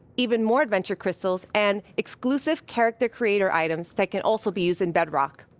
even more adventure crystals, and exclusive character creator items that can also be used in bedrock.